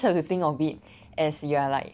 you just have to think of it as you are like